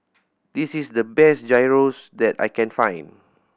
this is the best Gyros that I can find